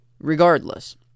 regardless